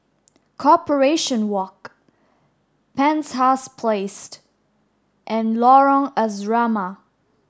Corporation Walk Penshurst Place and Lorong Asrama